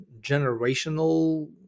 generational